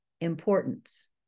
importance